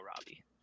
Robbie